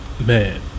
Man